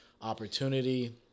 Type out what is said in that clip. opportunity